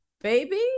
baby